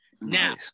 Now